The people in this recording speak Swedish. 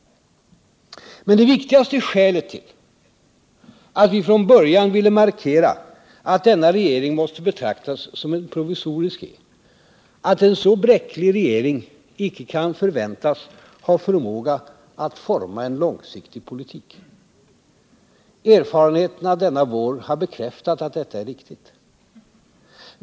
Men det viktigaste skälet till att vi från början ville markera att denna regering måste betraktas som provisorisk är att en så bräcklig regering icke kan förväntas ha förmåga att forma en långsiktig politik. Erfarenheterna denna vår har bekräftat att detta är riktigt.